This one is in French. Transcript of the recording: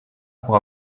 pour